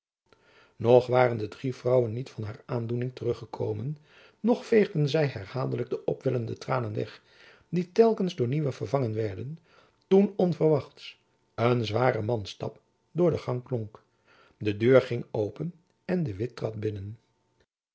nog waren de drie vrouwen niet van haar aandoening terug gekomen nog veegden zy herhaaldelijk de opwellende tranen weg die telkens door nieuwe vervangen werden toen onverwachts een zware mansstap door de gang klonk de deur ging open en de witt trad binnen